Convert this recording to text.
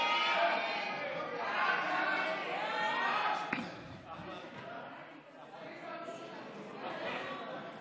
ההסתייגות (1) של חבר הכנסת שלמה קרעי לפני סעיף 1 לא נתקבלה.